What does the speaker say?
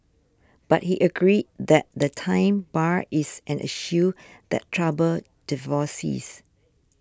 but he agreed that the time bar is an issue that troubles divorcees